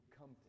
come